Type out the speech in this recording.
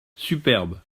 superbe